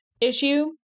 issue